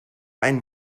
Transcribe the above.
einen